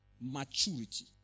Maturity